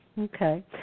Okay